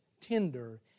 tender